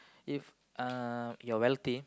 if um you are wealthy